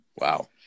Wow